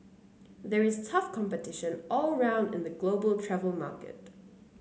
there is tough competition all round in the global travel market